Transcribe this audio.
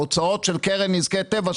בהוצאות של קרן נזקי טבע,